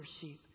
sheep